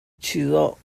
chizawh